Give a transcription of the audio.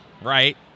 right